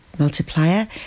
multiplier